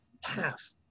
half